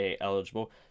eligible